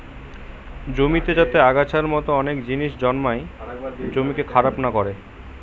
জমিতে যাতে আগাছার মতো অনেক জিনিস জন্মায় জমিকে খারাপ না করে